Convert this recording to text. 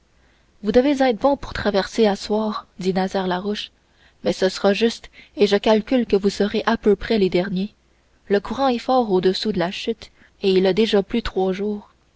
vous devez être bons pour traverser à soir dit nazaire larouche mais ce sera juste et je calcule que vous serez à peu près les derniers le courant est fort au-dessous de la chute et il a déjà plu trois jours